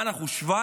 מה, אנחנו שווייץ?